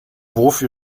wofür